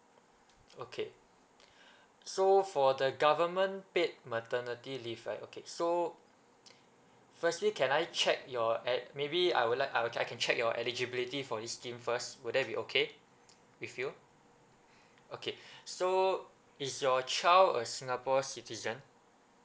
okay so for the government paid maternity leave right okay so firstly can I check your at maybe I would like I would I can check your eligibility for this scheme first would that be okay with you okay so is your child a singapore citizen